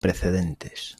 precedentes